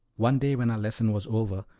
one day when our lesson was over,